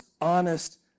honest